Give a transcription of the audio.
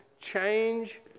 change